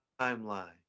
timeline